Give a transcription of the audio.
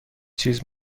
چیز